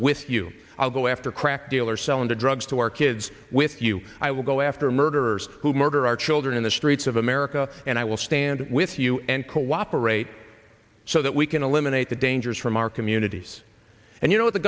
with you i'll go after crack dealer selling drugs to our kids with you i will go after murderers who murder our children in the streets of america and i will stand with you and cooperate so that we can eliminate the dangers from our communities and you know what the